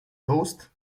toast